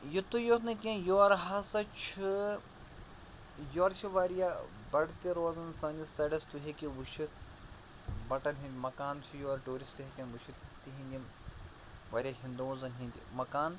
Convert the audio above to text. یُتُے یوت نہٕ کیٚنٛہہ یورٕ ہسا چھِ یورٕ چھِ واریاہ بَٹہٕ تہِ روزان سٲنِس سایڈَس تُہۍ ہیٚکہِ وُچھِتھ بَٹَن ہنٛدۍ مکان چھِ یور ٹیٛورِسٹ ہیٚکیٚن وُچھِتھ تہنٛدۍ یِم واریاہ ہِندوٗزَن ہنٛدۍ مکان